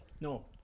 No